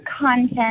content